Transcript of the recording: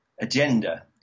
agenda